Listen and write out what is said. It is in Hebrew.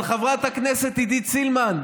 אבל חברת הכנסת עידית סילמן,